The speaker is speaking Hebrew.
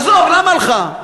עזוב, למה לך?